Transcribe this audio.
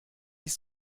ich